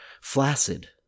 flaccid